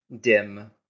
dim